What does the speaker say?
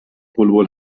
بلبل